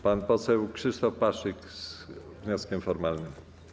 Pan poseł Krzysztof Paszyk z wnioskiem formalnym.